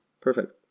Perfect